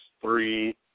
three